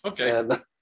Okay